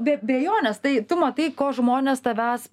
be abejonės tai tu matai ko žmonės tavęs